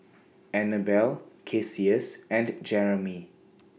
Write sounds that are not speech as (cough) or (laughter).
(noise) Annabella Cassius and Jeramie